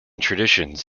traditions